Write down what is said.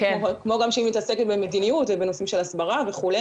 כמו גם שהיא מתעסקת במדיניות ובנושאים של הסברה וכו',